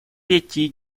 пяти